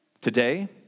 Today